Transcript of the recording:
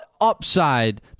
upside